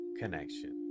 connection